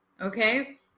okay